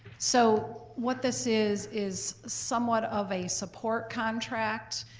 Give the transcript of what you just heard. so what this is is somewhat of a support contract.